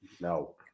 no